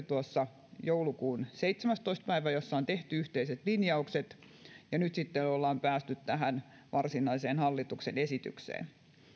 tuossa joulukuun seitsemästoista päivä talouspoliittisen ministerivaliokunnan käsittely jossa on tehty yhteiset linjaukset ja nyt sitten ollaan päästy tähän varsinaiseen hallituksen esitykseen